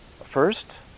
first